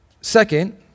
Second